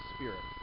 Spirit